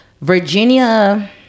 Virginia